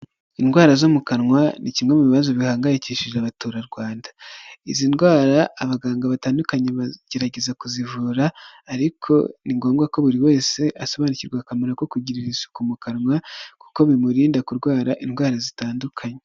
Indwara zo mu kanwa ni kimwe mu bibazo bihangayikishije abaturarwanda, izi ndwara abaganga batandukanye bagerageza kuzivura, ariko ni ngombwa ko buri wese asobanukirwa akamaro ko kugirira isuku mu kanwa, kuko bimurinda kurwara indwara zitandukanye.